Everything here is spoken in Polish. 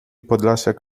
podlasiak